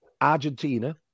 Argentina